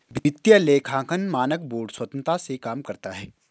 वित्तीय लेखांकन मानक बोर्ड स्वतंत्रता से काम करता है